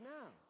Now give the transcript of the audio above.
now